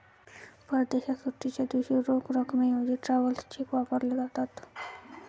परदेशात सुट्टीच्या दिवशी रोख रकमेऐवजी ट्रॅव्हलर चेक वापरले जातात